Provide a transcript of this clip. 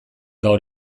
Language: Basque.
gaur